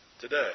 today